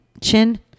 chin